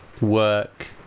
work